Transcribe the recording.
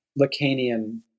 Lacanian